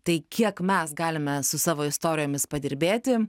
tai kiek mes galime su savo istorijomis padirbėti